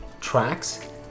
tracks